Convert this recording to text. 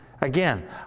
again